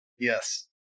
Yes